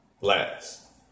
last